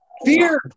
fear